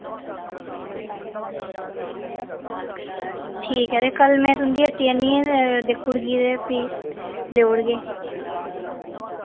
ठीक ऐ ते कल मैं तुं'दी हट्टी आह्नियै दिक्खुड़गी ते फ्ही लेऊड़गे